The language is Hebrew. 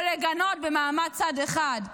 או לגנות במעמד צד אחד,